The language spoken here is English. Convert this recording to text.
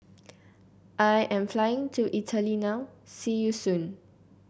I am flying to Italy now see you soon